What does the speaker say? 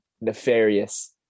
nefarious